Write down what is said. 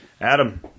Adam